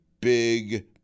big